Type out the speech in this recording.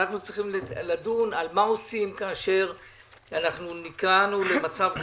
אנחנו צריכים לדון בשאלה מה עושים כאשר נקלענו למצב,